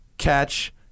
catch